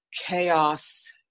chaos